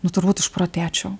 nu turbūt išprotėčiau